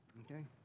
Okay